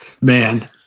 Man